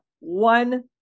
One